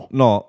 no